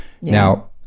now